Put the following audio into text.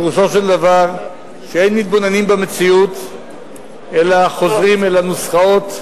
פירושו של דבר שאין מתבוננים במציאות אלא חוזרים אל הנוסחות,